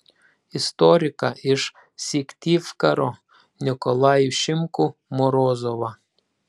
istoriką iš syktyvkaro nikolajų šimkų morozovą